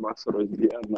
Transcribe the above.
vasaros dieną